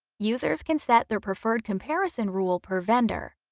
users can set their preferred comparison rule per vendor.